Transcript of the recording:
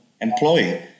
employee